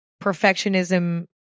perfectionism